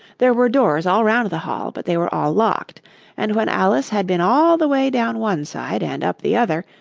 there were doors all round the hall, but they were all locked and when alice had been all the way down one side and up the other,